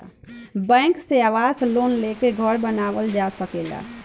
bank से आवास loan लेके घर बानावल जा सकेला